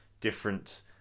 different